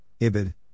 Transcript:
IBID